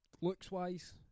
Looks-wise